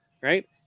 right